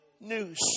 news